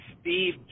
Steve